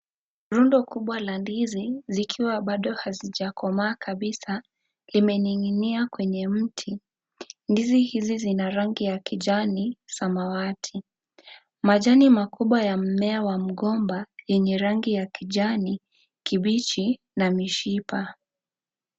Rundo kubwa la ndizi zikiwa bado hazijakomaa kabisa imening'inia kwenye mti. Ndizi hizi zina rangi ya kijani, samawati. Majani makubwa ya mmea wa mgomba yenye rangi ya kijani kibichi na mishipa.